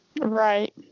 Right